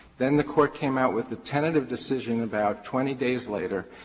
then the court came out with the tentative decision about twenty days later,